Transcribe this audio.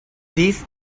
these